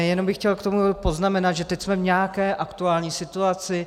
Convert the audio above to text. Jenom bych chtěl k tomu poznamenat, že teď jsme v nějaké aktuální situaci.